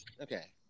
Okay